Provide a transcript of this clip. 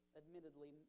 admittedly